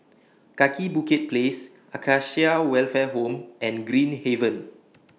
Kaki Bukit Place Acacia Welfare Home and Green Haven